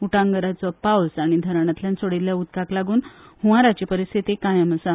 उटंगारांचो पावस आनी धरणांतल्यान सोडिल्ल्या उदकाक लागून हंवाराची परिस्थिती कायम आसा